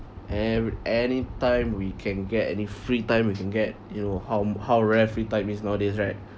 ev~ any time we can get any free time we can get you know how how rare free time is nowadays right